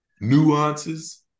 nuances